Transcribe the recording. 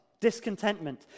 discontentment